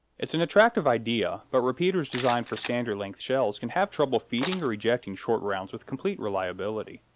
it's an attractive idea, but repeaters designed for standard-length shells can have trouble feeding or ejecting short rounds with complete reliability.